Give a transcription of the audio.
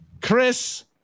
Chris